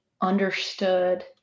understood